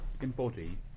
embody